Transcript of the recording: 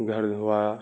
گھر ہوا